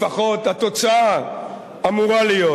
לפחות התוצאה אמורה להיות